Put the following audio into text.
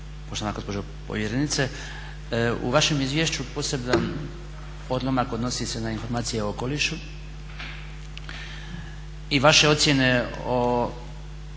poštovana gospođo povjerenice. U vašem izvješću poseban odlomak odnosi se na informacije o okolišu i vaše ocjene o